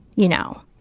you know,